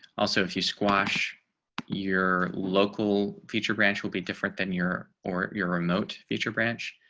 also if you squash your local feature branch will be different than your or your remote feature branch.